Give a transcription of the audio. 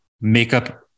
makeup